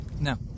No